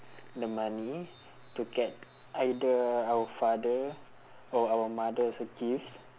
the money to get either our father or our mothers a gift